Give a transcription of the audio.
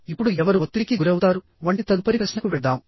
ఇప్పుడు ఎవరు ఒత్తిడికి గురవుతారు వంటి తదుపరి ప్రశ్నకు వెళ్దాం